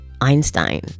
Einstein